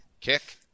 kick